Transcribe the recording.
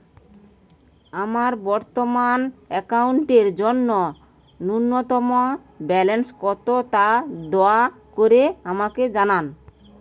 আমার বর্তমান অ্যাকাউন্টের জন্য ন্যূনতম ব্যালেন্স কত তা দয়া করে আমাকে জানান